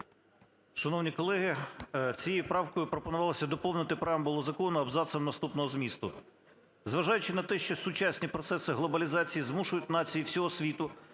Шановні колеги, цією правкою пропонувалося доповнити преамбулу закону абзацом наступного змісту: "зважаючи на те, що сучасні процеси глобалізації змушують нації всього світу